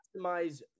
maximize